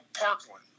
Parkland